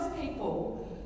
people